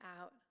out